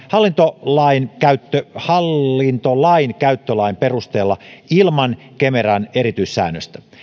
hallintolainkäyttölain hallintolainkäyttölain perusteella ilman kemeran erityissäännöstä